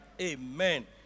Amen